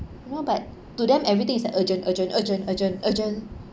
you know but to them everything is urgent urgent urgent urgent urgent